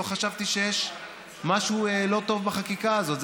לא חשבתי שיש משהו לא טוב בחקיקה הזאת.